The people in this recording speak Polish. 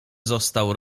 został